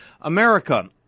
America